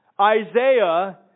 Isaiah